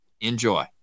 Enjoy